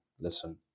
listen